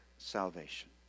Salvation